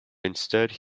instead